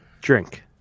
drink